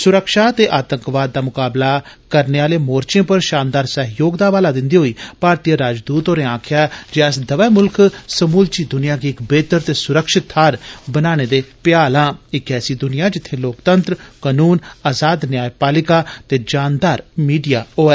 सुरक्षा ते आतंकवाद दा मुकाबला करने आले मोर्चे पर षानदार सहयोग दा हवाला दिंदे होई भारतीय राजदूत होरें आक्खेआ जे अस्स दवै मुल्ख्ज समूलची दुनिया गी इक बेह्तर ते सुरक्षित थाहर बनाने दे भेआल आं इक ऐसी दुनिया जित्थे लोकतंत्र कनून अजाद न्यायपालिका ते जानदार मीडिया होऐ